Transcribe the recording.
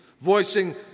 voicing